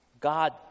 God